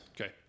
Okay